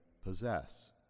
possess